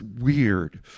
weird